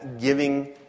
giving